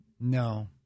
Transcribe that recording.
No